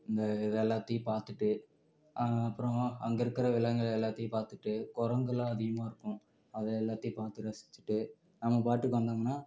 அந்த இதெல்லாத்தையும் பார்த்துட்டு அப்புறம் அங்கே இருக்கிற விலங்குகள் எல்லாத்தையும் பார்த்துட்டு குரங்குலாம் அதிகமாக இருக்கும் அதை எல்லாத்தையும் பார்த்து ரசிச்சிவிட்டு நம்ம பாட்டுக்கு வந்தோம்னா